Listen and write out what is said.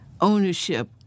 ownership